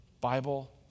Bible